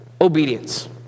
Obedience